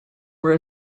were